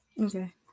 okay